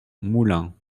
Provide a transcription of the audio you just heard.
moulins